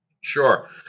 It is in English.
Sure